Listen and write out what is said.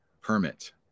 Permit